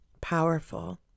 powerful